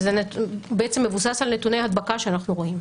וזה מבוסס על נתוני הדבקה שאנחנו רואים.